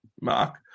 mark